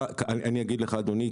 אני אגיד לך, אדוני.